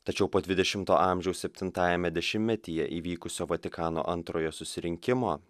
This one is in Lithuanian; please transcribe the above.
tačiau po dvidešimto amžiaus septintajame dešimtmetyje įvykusio vatikano antrojo susirinkimo